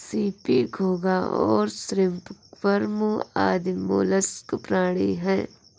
CP, घोंगा और shrimp worm आदि मौलास्क प्राणी हैं